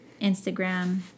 Instagram